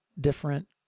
different